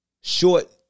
short